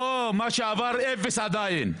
לא, מה שעבר זה אפסי עדיין.